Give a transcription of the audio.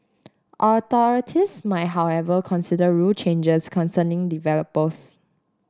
authorities might however consider rule changes concerning developers